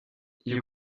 you